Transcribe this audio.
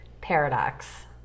paradox